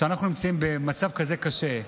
כרגע, כשאנחנו נמצאים במצב כזה קשה,